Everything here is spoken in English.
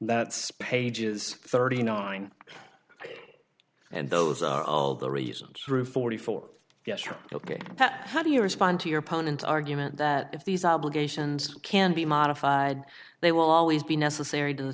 that's pages thirty nine and those are all the reasons through forty four yes ok how do you respond to your opponents argument that if these obligations can be modified they will always be necessary to the